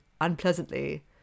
unpleasantly